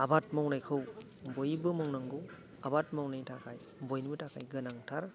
आबाद मावनायखौ बयबो मावनांगौ आबाद मावनायनि थाखाय बयनिबो थाखाय गोनांथार